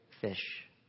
fish